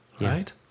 right